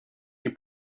nie